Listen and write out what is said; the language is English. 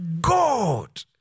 God